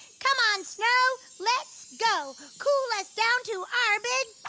come on snow, let's go. cool us down to our big